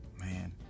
Man